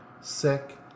sick